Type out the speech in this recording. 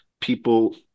people